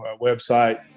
website